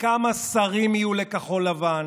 בכמה שרים יהיו לכחול לבן,